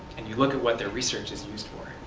and you look at what their research is used for,